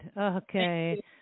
Okay